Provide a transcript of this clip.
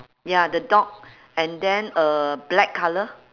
ya the dog and then uh black colour